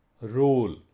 Role